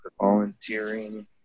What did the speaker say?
volunteering